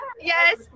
Yes